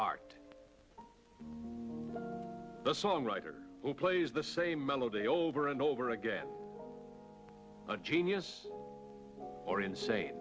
art the songwriter who plays the same melody over and over again a genius or insane